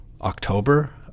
October